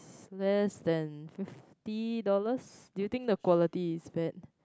less than fifty dollars do you think the quality is bad